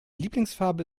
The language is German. lieblingsfarbe